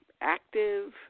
active